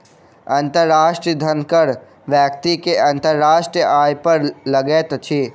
अंतर्राष्ट्रीय धन कर व्यक्ति के अंतर्राष्ट्रीय आय पर लगैत अछि